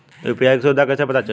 UPI क सुविधा कैसे पता चली?